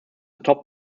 top